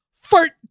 fart